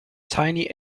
tiny